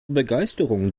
begeisterung